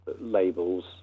labels